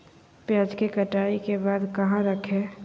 प्याज के कटाई के बाद कहा रखें?